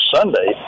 Sunday